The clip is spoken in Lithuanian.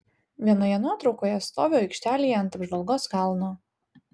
vienoje nuotraukoje stoviu aikštelėje ant apžvalgos kalno